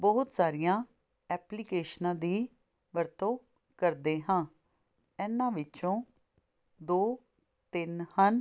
ਬਹੁਤ ਸਾਰੀਆਂ ਐਪਲੀਕੇਸ਼ਨਾਂ ਦੀ ਵਰਤੋਂ ਕਰਦੇ ਹਾਂ ਇਹਨਾਂ ਵਿੱਚੋਂ ਦੋ ਤਿੰਨ ਹਨ